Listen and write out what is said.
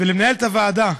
ולמנהלת הוועדה,